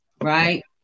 right